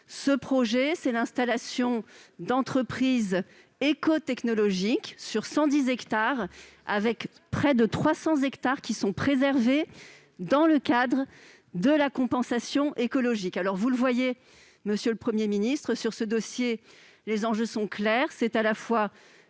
Ce projet consiste en l'installation d'entreprises écotechnologiques sur 110 hectares, près de 300 hectares étant par ailleurs préservés dans le cadre de la compensation écologique. Vous le voyez, monsieur le Premier ministre, sur ce dossier, les enjeux sont clairs